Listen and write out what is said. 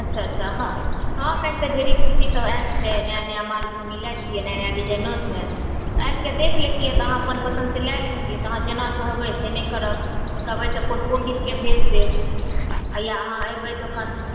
अच्छा अच्छा हँ हँ कनि तऽ ढेरी कुर्ती सब अयल छै नया नया माल भी मंगेलथि यऽ नया नया डिजाइनो छै तऽ अबि कऽ देख लेतियै तऽ अहाँ अपन पसन्द सँ लय लेतियै तऽ अहाँ जेना कहबै तेहेने करब कहबै तऽ फोटुओ घिच कऽ भेज देब या अहाँ एबै दुकान पर